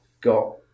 got